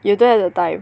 you don't have the time